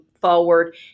forward